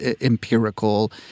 empirical